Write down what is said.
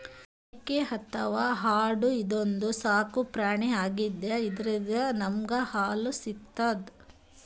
ಮೇಕೆ ಅಥವಾ ಆಡು ಇದೊಂದ್ ಸಾಕುಪ್ರಾಣಿ ಆಗ್ಯಾದ ಇದ್ರಿಂದ್ ನಮ್ಗ್ ಹಾಲ್ ಸಿಗ್ತದ್